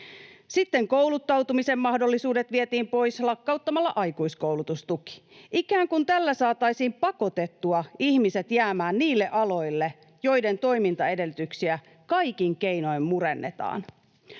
Sitten kouluttautumisen mahdollisuudet vietiin pois lakkauttamalla aikuiskoulutustuki, ikään kuin tällä saataisiin pakotettua ihmiset jäämään niille aloille, joiden toimintaedellytyksiä kaikin keinoin murennetaan.